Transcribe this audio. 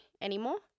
anymore